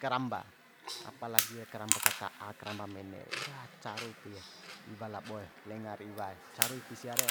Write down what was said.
karamba apa lagi karamba kaka'a karamba mene re ira caru ipie iwa laboe lengar iwae caru ipi sia re